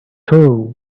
too